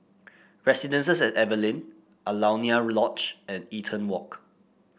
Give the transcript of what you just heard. Residences at Evelyn Alaunia Lodge and Eaton Walk